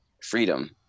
freedom